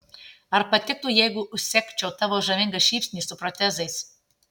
ar patiktų jeigu užsegčiau tavo žavingą šypsnį su protezais